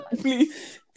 please